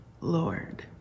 Lord